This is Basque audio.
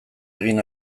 egin